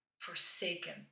forsaken